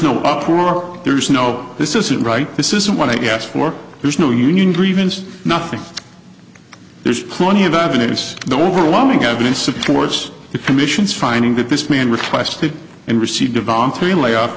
no uproar there's no this isn't right this isn't what i asked for there's no union grievance nothing there's plenty of avenues the overwhelming evidence of towards the commission's finding that this man requested and received a voluntary layoff